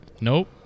Nope